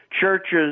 Churches